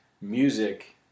music